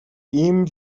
ийм